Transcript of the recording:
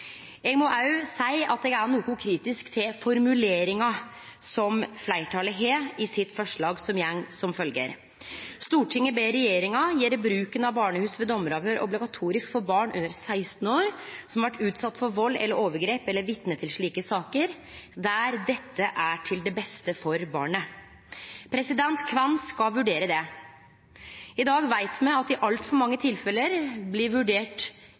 Eg må òg seie at eg er noko kritisk til formuleringa som fleirtalet har i sitt forslag til vedtak, som er som følgjer: «Stortinget ber regjeringen gjøre bruk av barnehus ved dommeravhør obligatorisk for barn under 16 år som har vært utsatt for vold eller overgrep, eller er vitne til slike saker, der dette er til det beste for barnet.» Kven skal vurdere det? I dag veit me at det i altfor mange tilfelle blir vurdert